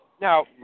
Now